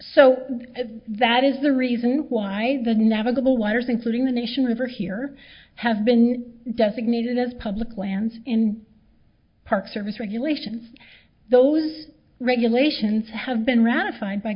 if that is the reason why the navigable waters including the nation river here have been designated as public lands in park service regulations those regulations have been ratified by